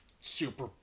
super